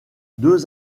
deux